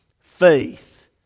Faith